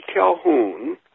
Calhoun